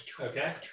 Okay